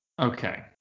Okay